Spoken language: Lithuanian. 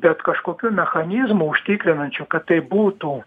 bet kažkokių mechanizmų užtikrinančių kad tai būtų